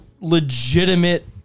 legitimate